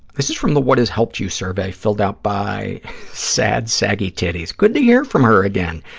this is from the what has helped you survey, filled out by sad saggy titties. good to hear from her again.